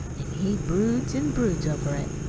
an' he broods an' broods over it.